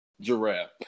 giraffe